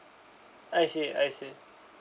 I see I see